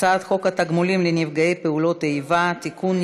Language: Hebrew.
הצעת חוק התגמולים לנפגעי פעולות איבה (תיקון,